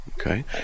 Okay